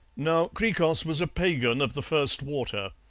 now hkrikros was a pagan of the first water,